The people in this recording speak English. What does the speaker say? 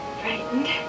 frightened